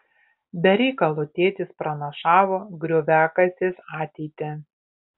be reikalo tėtis pranašavo grioviakasės ateitį